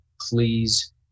please